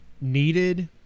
needed